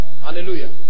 Hallelujah